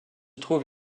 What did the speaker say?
trouve